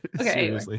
Okay